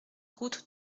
route